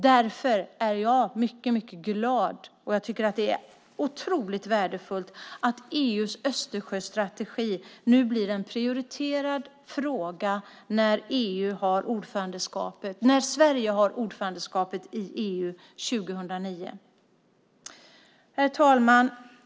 Därför är jag mycket glad, och det är otroligt värdefullt, att EU:s Östersjöstrategi nu blir en prioriterad fråga när Sverige innehar ordförandeskapet i EU 2009. Herr talman!